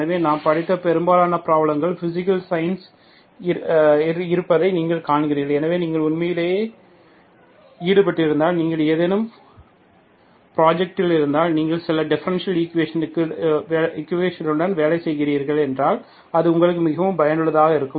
எனவே நாம் படித்த பெரும்பாலான பிராப்லங்கள் பிசிக்ஸ் சைன்ஸ் இருப்பதை நீங்கள் காண்கிறீர்கள் எனவே நீங்கள் உண்மையிலேயே ஈடுபட்டிருந்தால் நீங்கள் ஏதேனும் புராஜக்டில் இருந்தால் நீங்கள் சில டிஃபரண்ஷியல் ஈக்குவேஷன்களுடன் வேலை செய்கிறீர்கள் என்றால் அது உங்களுக்கு மிகவும் பயனுள்ளதாக இருக்கும்